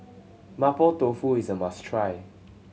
Mapo Tofu is a must try